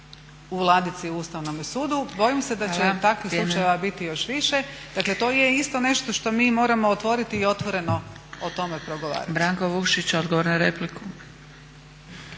u ladici u Ustavnome sudu. Bojim se da će takvih slučajeva biti još više. Dakle to je isto nešto što mi moramo otvoriti i otvoreno o tome progovarati.